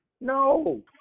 No